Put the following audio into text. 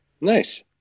Nice